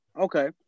Okay